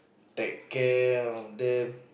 like care of them